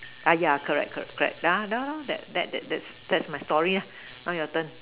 ah ya correct correct correct tha~ tha~ that that that that's my story ah now your turn